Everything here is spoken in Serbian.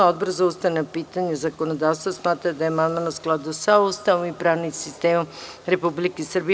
Odbor za ustavna pitanja i zakonodavstvo smatra da je amandman u skladu sa Ustavom i pravnim sistemom Republike Srbije.